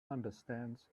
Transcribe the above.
understands